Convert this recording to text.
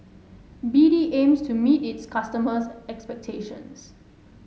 B D aims to meet its customers' expectations